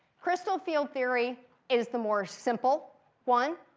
crystal field theory is the more simple one.